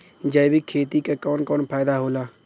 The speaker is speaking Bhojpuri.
जैविक खेती क कवन कवन फायदा होला?